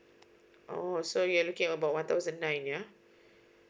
oh so you're looking about one thousand nine ya